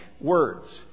words